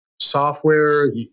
software